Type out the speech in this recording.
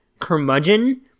curmudgeon